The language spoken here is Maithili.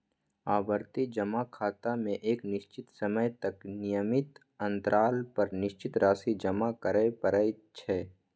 आवर्ती जमा खाता मे एक निश्चित समय तक नियमित अंतराल पर निश्चित राशि जमा करय पड़ै छै